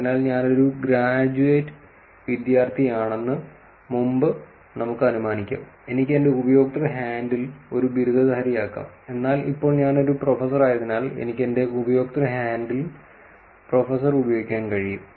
അതിനാൽ ഞാൻ ഒരു ഗ്രാജ് വിദ്യാർത്ഥിയാണെന്ന് മുമ്പ് നമുക്ക് അനുമാനിക്കാം എനിക്ക് എന്റെ ഉപയോക്തൃ ഹാൻഡിൽ ഒരു ബിരുദധാരിയാകാം എന്നാൽ ഇപ്പോൾ ഞാൻ ഒരു പ്രൊഫസറായതിനാൽ എനിക്ക് എന്റെ ഉപയോക്തൃ ഹാൻഡിൽ പ്രൊഫസർ ഉപയോഗിക്കാൻ കഴിയും